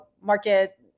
market